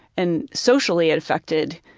and socially it affected,